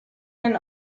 and